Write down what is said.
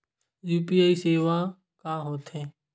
UPI सेवा का होथे?